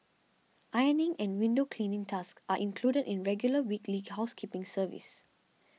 ironing and window cleaning tasks are included in regular weekly housekeeping service